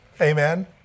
Amen